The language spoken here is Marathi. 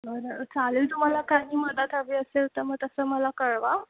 बरं चालेल तुम्हाला काही मदत हवी असेल तर मग तसं मला कळवा